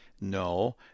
No